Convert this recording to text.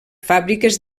fàbriques